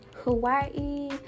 hawaii